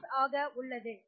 96 ஆக உள்ளது